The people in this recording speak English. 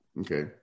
Okay